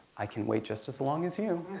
i can wait just as long as you.